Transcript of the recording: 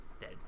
dead